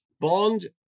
bond